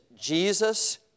Jesus